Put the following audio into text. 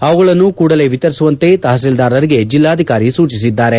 ಅವುಗಳನ್ನು ಕೂಡಲೇ ವಿತರಿಸುವಂತೆ ತಹತೀಲ್ದಾರರಿಗೆ ಜೆಲ್ಲಾಧಿಕಾರಿ ಸೂಚಿಸಿದ್ದಾರೆ